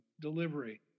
delivery